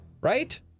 right